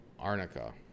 arnica